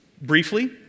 briefly